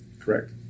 Correct